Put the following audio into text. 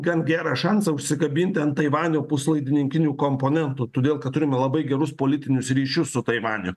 gan gerą šansą užsikabinti ant taivanio puslaidininkinių komponentų todėl kad turime labai gerus politinius ryšius su taivaniu